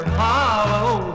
hollow